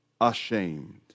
ashamed